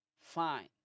Fine